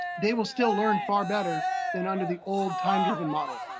they will still learn far better than under the old, time-driven model.